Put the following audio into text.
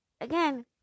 Again